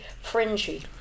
fringy